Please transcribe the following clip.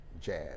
jazz